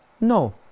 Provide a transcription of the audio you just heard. No